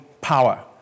power